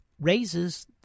raises –